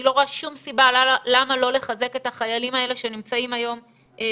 אני לא רואה שום סיבה למה לא לחזק את החיילים האלה שנמצאים היום בחזית,